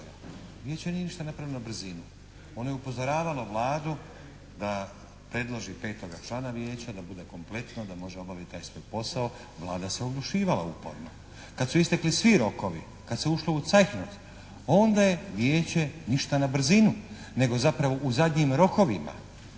Vijeće nije ništa napravilo na brzinu. Ono je upozoravalo Vladu da predloži petoga člana Vijeća, da bude kompletno, da može obaviti taj svoj posao, Vlada se oglušivala uporno. Kad su istekli svi rokovi, kad se ušlo u …/Govornik se ne razumije./… onda je Vijeće ništa na brzinu, nego zapravo u zadnjim rokovima